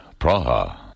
Praha